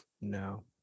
No